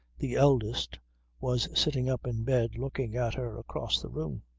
the eldest was sitting up in bed looking at her across the room.